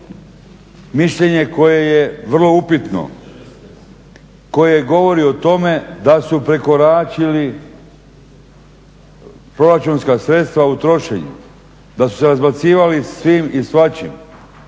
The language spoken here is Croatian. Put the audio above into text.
mišljenje koje je vrlo upitno, koje govori o tome da su prekoračili proračunska sredstva u trošenju, da su se razbacivali svim i svačim,